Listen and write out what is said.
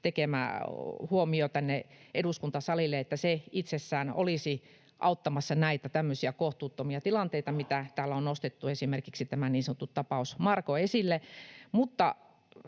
tekemä huomio tänne eduskuntasalille itsessään olisi auttamassa näitä tämmöisiä kohtuuttomia tilanteita, mitä täällä on nostettu esille — esimerkkinä tämä niin sanottu ”tapaus Marko” — mutta